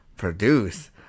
Produce